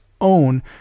own